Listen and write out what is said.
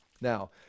Now